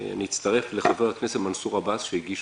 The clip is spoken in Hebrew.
שהגיש חבר הכנסת מנסור עבאס,